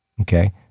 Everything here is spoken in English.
Okay